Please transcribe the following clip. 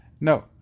no